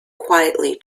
quietly